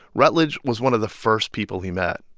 rutledge was one of the first people he met.